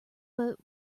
but